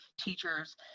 teachers